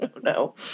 no